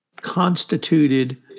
constituted